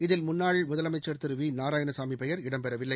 இதில் முன்னாள் முதலமைச்சர் திருவிநாராயணசாமிபெயர் இடம்பெறவில்லை